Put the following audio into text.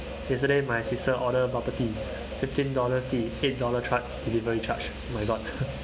yesterday my sister order bubble tea fifteen dollars tea eight dollar charge delivery charge oh my god